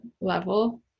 level